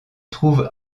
trouve